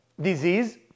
disease